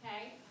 Okay